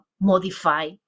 modify